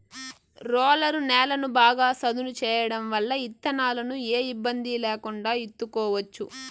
roller నేలను బాగా సదును చేయడం వల్ల ఇత్తనాలను ఏ ఇబ్బంది లేకుండా ఇత్తుకోవచ్చు